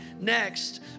next